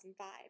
2005